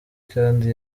kandi